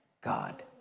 God